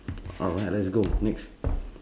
alright let's go next